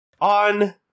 On